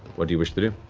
what do you wish to do?